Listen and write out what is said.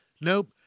Nope